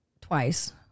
twice